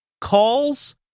calls